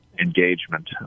engagement